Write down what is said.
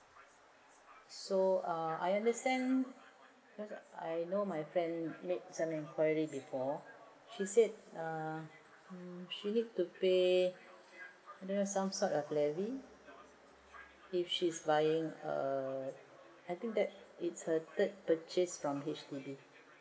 so uh I understand cause I know my friend made some enquiry before err she said uh she need to pay I don't know some sort of levy if she is buying err I think that it's her third purchase from H_D_B